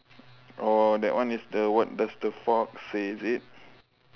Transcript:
oh that one is the what does the fox says is it